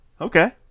Okay